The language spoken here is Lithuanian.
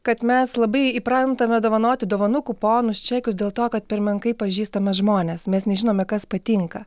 kad mes labai įprantame dovanoti dovanų kuponus čekius dėl to kad per menkai pažįstame žmones mes nežinome kas patinka